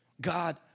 God